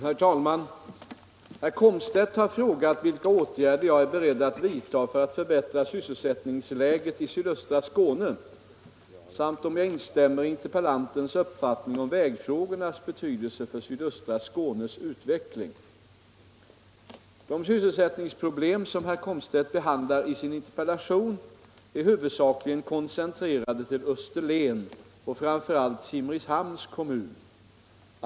Herr talman! Herr Komstedt har frågat mig vilka åtgärder jag är beredd att vidta för att förbättra sysselsättningsläget i sydöstra Skåne samt om jag instämmer i interpellantens uppfattning om vägfrågornas betydelse för sydöstra Skånes utveckling. De sysselsättningsproblem som herr Komstedt behandlar i sin interpellation är huvudsakligen koncentrerade till Österlen och framför allt Simrishamns kommun.